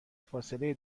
فاصله